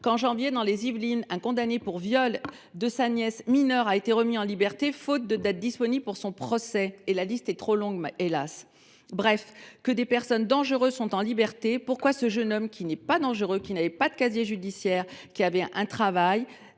qu’en janvier, dans les Yvelines, un individu condamné pour le viol de sa nièce mineure a été remis en liberté faute de date disponible pour son procès, bref – la liste est trop longue, hélas !–, alors que bien des personnes dangereuses sont en liberté, pourquoi ce jeune homme, qui n’était pas dangereux, qui n’avait pas de casier judiciaire, qui avait un travail